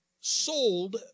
sold